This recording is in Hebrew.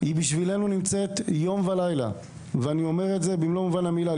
היא בשבילנו נמצאת יום ולילה ואני אומר את זה במלוא מובן המילה,